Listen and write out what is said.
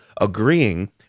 agreeing